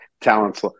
talents